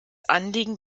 anliegen